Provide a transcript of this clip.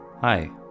Hi